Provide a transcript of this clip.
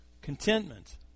Contentment